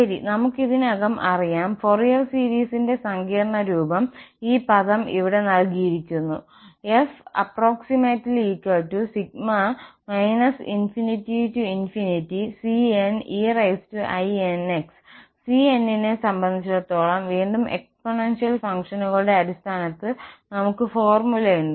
ശരി നമ്മൾക്ക് ഇതിനകം അറിയാം ഫൊറിയർ സീരീസിന്റെ സങ്കീർണ്ണ രൂപം ഈ പദം ഇവിടെ നൽകിയിരിക്കുന്നു f ∼ ∞cneinx cn നെ സംബന്ധിച്ചിടത്തോളം വീണ്ടും എക്സ്പോണൻഷ്യൽ ഫംഗ്ഷനുകളുടെ അടിസ്ഥാനത്തിൽ നമ്മൾക്കു ഫോർമുലയുണ്ട്